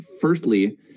firstly